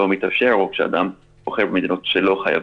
מתאפשרת או כשאדם בוחר במדינות שלא חייבות.